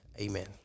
Amen